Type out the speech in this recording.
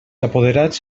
apoderats